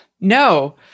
no